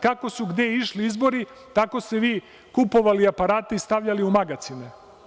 Kako su gde išli izbori, tako ste vi kupovali aparate i stavljali u magacine.